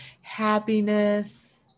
happiness